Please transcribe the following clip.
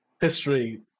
history